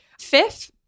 Fifth